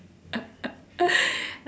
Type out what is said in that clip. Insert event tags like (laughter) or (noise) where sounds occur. (laughs)